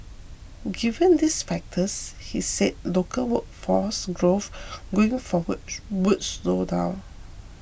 given these factors he said local workforce growth going forward would slow down